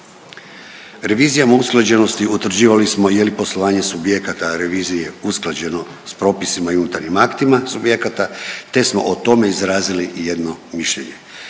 Revizijama o usklađenosti utvrđivali smo je li poslovanje subjekata revizije usklađeno s propisima i unutarnjim aktima subjekata te smo o tome izrazili i jedno mišljenje.